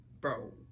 bro